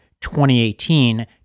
2018